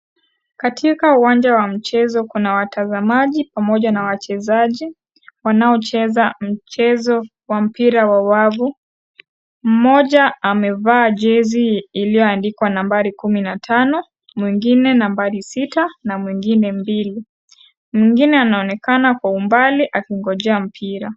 Katika uwanja wa mchezo kuna watazamaji pamoja na wachezaji wanaocheza mchezo wa mpira wa wavu mmoja amevaa jezi ilioandikwa nambari kumi na tano mwingine nambari sita na mwingine mbili, mwingine anaonekana kwa umbali akingojea mpira.